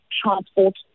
transport